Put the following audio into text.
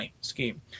scheme